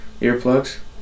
Earplugs